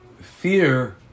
Fear